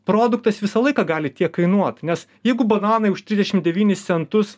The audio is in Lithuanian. produktas visą laiką gali tiek kainuot nes jeigu bananai už trisdešim devynis centus